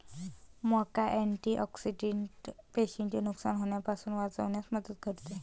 मका अँटिऑक्सिडेंट पेशींचे नुकसान होण्यापासून वाचविण्यात मदत करते